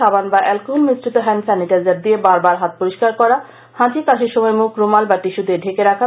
সাবান বা অ্যালকোহল মিশ্রিত হ্যান্ড স্যানিটাইজার দিয়ে বার বার হাত পরিষ্কার করা হাঁচি কাশির সময় মুখ রুমাল বা টিস্যু দিয়ে ঢেকে রাখা